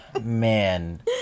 man